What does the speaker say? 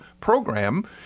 program